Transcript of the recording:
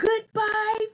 Goodbye